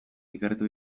ikertu